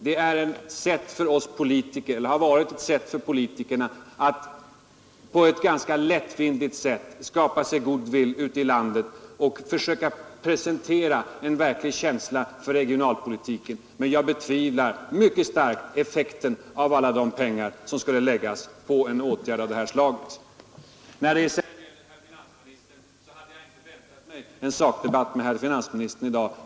Den har varit ett sätt för politikerna att ganska lättvindigt skaffa sig goodwill ute i landet och försöka visa upp en verklig känsla för regionalpolitiken. Personligen betvivlar jag mycket starkt effekten av alla de pengar som skulle användas för åtgärder av det här slaget. Jag hade inte väntat mig en sakdebatt med herr finansministern i dag.